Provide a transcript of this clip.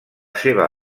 seva